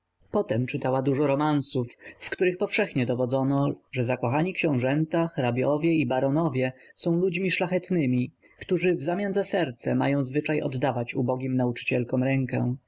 potem czytała dużo romansów w których powszechnie dowodzono że zakochani książęta hrabiowie i baronowie są ludźmi szlachetnymi którzy wzamian za serce mają zwyczaj oddawać ubogim nauczycielkom rękę